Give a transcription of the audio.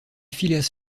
phileas